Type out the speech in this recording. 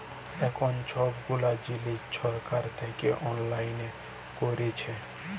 এখল ছব গুলা জিলিস ছরকার থ্যাইকে অললাইল ক্যইরেছে